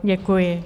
Děkuji.